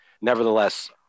nevertheless